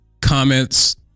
comments